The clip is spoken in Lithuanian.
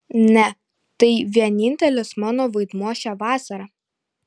ne tai vienintelis mano vaidmuo šią vasarą